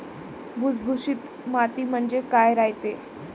भुसभुशीत माती म्हणजे काय रायते?